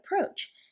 approach